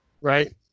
Right